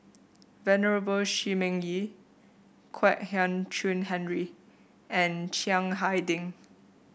Venerable Shi Ming Yi Kwek Hian Chuan Henry and Chiang Hai Ding